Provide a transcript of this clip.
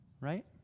Right